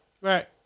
Right